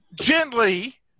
gently